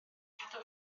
cadw